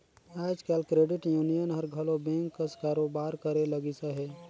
आएज काएल credit union हर घलो बेंक कस कारोबार करे लगिस अहे